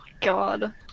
god